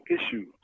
issues